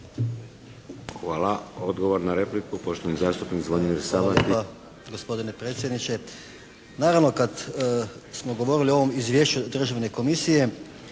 Hvala. Odgovor na repliku, poštovani zastupnik Zvonimir Sabati. **Sabati, Zvonimir (HSS)** Hvala lijepa gospodine predsjedniče. Naravno kad smo govorili o ovom izvješću Državne komisije,